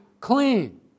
clean